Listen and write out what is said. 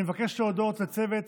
אני מבקש להודות לצוות